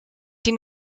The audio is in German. die